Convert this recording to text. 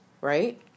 right